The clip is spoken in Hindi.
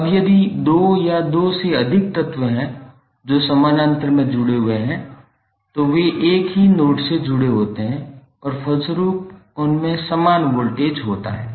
अब यदि दो या दो से अधिक तत्व हैं जो समानांतर में जुड़े हुए हैं तो वे एक ही दो नोड से जुड़े होते हैं और फलस्वरूप उनमें समान वोल्टेज होता है